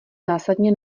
zásadně